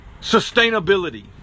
sustainability